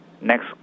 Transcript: Next